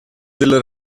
del